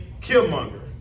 Killmonger